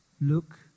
look